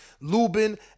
Lubin